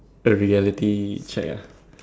the reality check ah